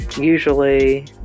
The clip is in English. usually